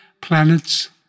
planets